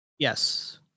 Yes